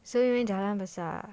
so we went jalan besar